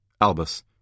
Albus